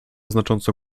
znacząco